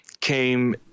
came